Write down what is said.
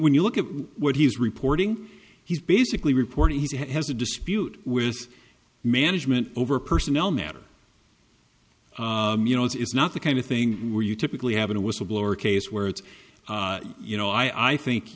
when you look at what he's reporting he's basically reporting he has a dispute with management over personnel matter you know it's not the kind of thing where you typically have in a whistleblower case where it's you know i think